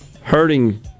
hurting